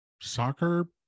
soccer